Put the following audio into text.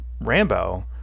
Rambo